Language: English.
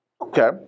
Okay